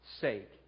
sake